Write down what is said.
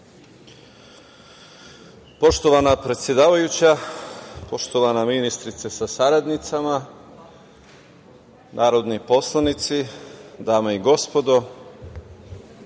Poštovana predsedavajuća, poštovana ministrice sa saradnicama, narodni poslanici, dame i gospodo,